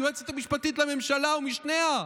היועצת המשפטית לממשלה ומשניה?